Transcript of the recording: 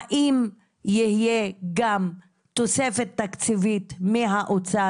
האם יהיה גם תוספת תקציבית מהאוצר?